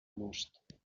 most